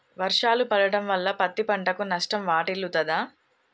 వర్షాలు పడటం వల్ల పత్తి పంటకు నష్టం వాటిల్లుతదా?